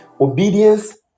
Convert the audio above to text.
obedience